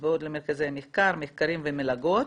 קצבאות למרכזי מחקר, מחקרים ומלגות,